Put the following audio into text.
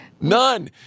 None